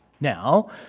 Now